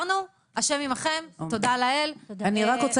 לא,